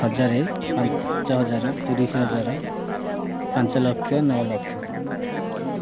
ହଜାର ପାଞ୍ଚ ହଜାର ତିରିଶି ହଜାର ପାଞ୍ଚ ଲକ୍ଷ ନଅ ଲକ୍ଷ